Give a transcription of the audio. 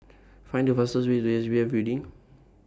Find The fastest Way to S P F Building